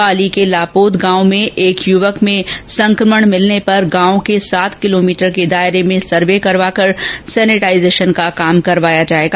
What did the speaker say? पाली के लापोद गांव में एक युवक में संकमण मिलने पर गांव के सात किलोमीटर दायरे में सर्वे करवाकर सैनेटाइजर स्प्रे करवाया जायेगा